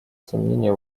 сомнения